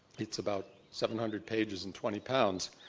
it's about seven hundred pages and twenty pounds.